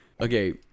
Okay